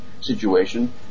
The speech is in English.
situation